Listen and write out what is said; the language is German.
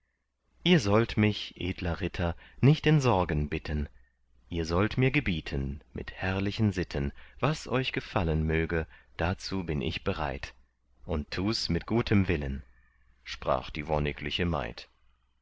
ihr sollt mich edler ritter nicht in sorgen bitten ihr sollt mir gebieten mit herrlichen sitten was euch gefallen möge dazu bin ich bereit und tu's mit gutem willen sprach die wonnigliche maid